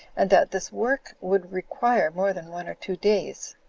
and that this work would require more than one or two days.